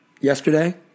yesterday